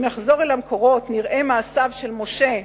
אם נחזור אל המקורות נראה את מעשיו של משה,